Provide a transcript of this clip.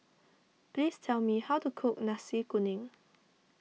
please tell me how to cook Nasi Kuning